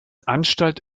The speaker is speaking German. anstalt